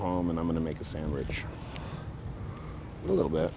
home and i'm going to make a sandwich a little bit